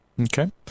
Okay